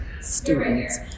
students